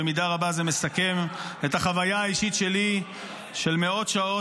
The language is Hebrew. ובמידה רבה זה מסכם את החוויה האישית שלי של מאות שעות